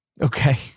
Okay